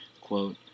quote